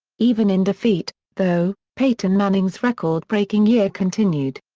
even in defeat, though, peyton manning's record-breaking year continued.